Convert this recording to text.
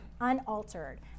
unaltered